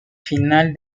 final